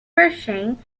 brushing